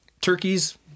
turkeys